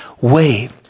wait